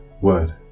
word